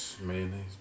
Mayonnaise